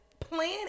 Plan